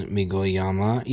Migoyama